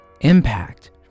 impact